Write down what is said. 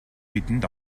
бидэнд